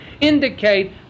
indicate